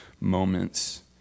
moments